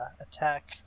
attack